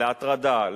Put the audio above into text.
להטרדה,